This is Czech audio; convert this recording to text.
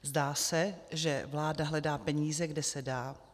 Zdá se, že vláda hledá peníze, kde se dá.